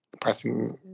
pressing